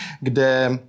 kde